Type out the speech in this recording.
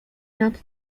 nad